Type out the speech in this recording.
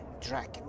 dragon